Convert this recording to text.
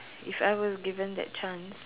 if I was given that chance